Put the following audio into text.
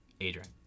Adrian